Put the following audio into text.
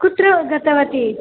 कुत्र गतवती